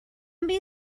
many